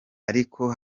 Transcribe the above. ariko